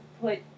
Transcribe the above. put